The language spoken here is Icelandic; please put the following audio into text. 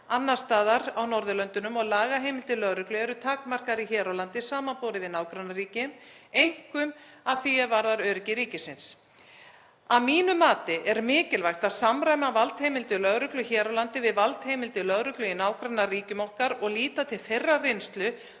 annars staðar á Norðurlöndunum og lagaheimildir lögreglu eru takmarkaðri hér á landi samanborið við nágrannaríkin, einkum að því er varðar öryggi ríkisins. Að mínu mati er mikilvægt að samræma valdheimildir lögreglu hér á landi við valdheimildir lögreglu í nágrannaríkjum okkar og líta til reynslu